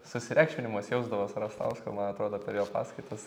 susireikšminimas jausdavos rastausko man atrodo per jo paskaitas